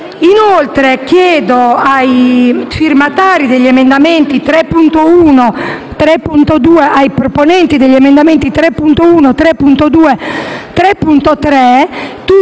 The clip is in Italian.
Inoltre, chiedo ai proponenti degli emendamenti 3.1, 3.2 e 3.3,